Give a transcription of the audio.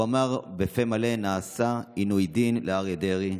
הוא אמר בפה מלא: נעשה עינוי דין לאריה דרעי.